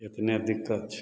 एतने दिक्कत छऽ